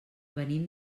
venim